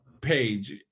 page